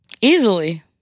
Easily